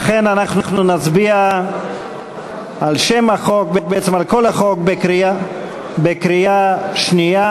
לכן אנחנו נצביע על כל החוק בקריאה שנייה